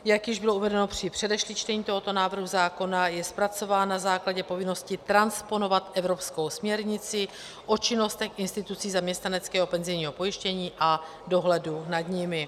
Jak již bylo uvedeno při předešlých čteních tohoto návrhu zákona, je zpracován na základě povinnosti transponovat evropskou směrnici o činnostech institucí zaměstnaneckého penzijního pojištění a dohledu nad nimi.